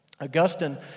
Augustine